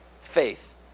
faith